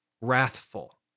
wrathful